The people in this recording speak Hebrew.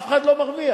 אף אחד לא מרוויח.